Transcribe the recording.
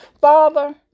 Father